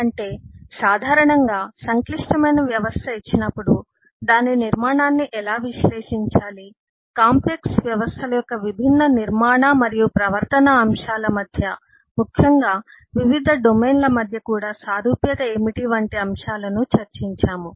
అంటే సాధారణంగా సంక్లిష్టమైన వ్యవస్థ ఇచ్చినప్పుడు దాని నిర్మాణాన్ని ఎలా విశ్లేషించాలి కాంప్లెక్స్ వ్యవస్థల యొక్క విభిన్న నిర్మాణ మరియు ప్రవర్తనా అంశాల మధ్య ముఖ్యంగా వివిధ డొమైన్ల మధ్య కూడా సారూప్యత ఏమిటి వంటి అంశాలను చర్చించాము